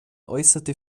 äußerte